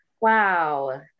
Wow